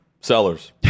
Sellers